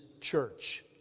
church